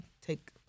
take